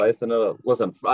listen